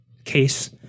case